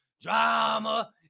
drama